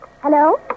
Hello